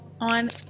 on